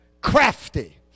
crafty